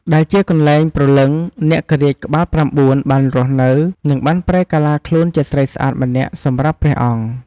ដែលជាកនែ្លងព្រលឹង នាគរាជក្បាល៩ បានរស់នៅ និងបានប្រែក្រទ្បាខ្លួនជាស្រីស្អាតម្នាក់សម្រាប់ព្រះអង្គ។